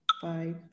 five